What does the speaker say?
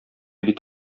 бит